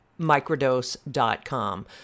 microdose.com